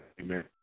amen